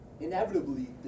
inevitably